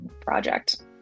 project